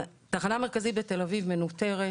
התחנה המרכזית בתל אביב מנוטרת,